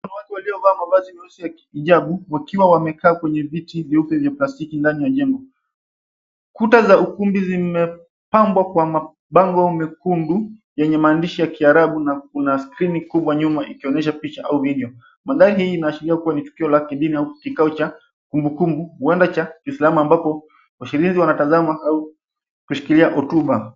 Wanawake waliovaa mavazi meusi ya hijabu wakiwa wamekaa kwenye viti vyeupe vya plastiki ndani ya jengo. Kuta za ukumbi zimepambwa kwa mabango mekundu yenye maandishi ya Kiarabu na kuna skrini kubwa nyuma ikionyesha picha au video. Mandhari hii inaashiria kuwa ni tukio la kidini au kikao cha kumbukumbu huenda cha kiislamu ambapo washiriki wanatazama au kushikilia hotuba.